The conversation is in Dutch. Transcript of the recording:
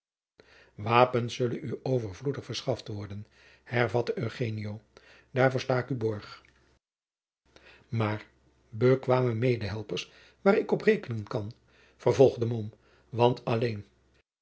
wapens zullen u overvloedig verschaft worden hervatte eugenio daarvoor sta ik u borg maar bekwame medehelpers waar ik op rekenen kan vervolgde mom want alleen